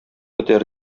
бетәр